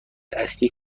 اصلی